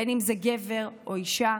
בין שזה גבר ובין שזו אישה.